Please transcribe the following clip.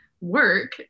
work